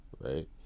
right